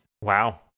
Wow